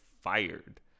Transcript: fired